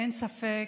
אין ספק,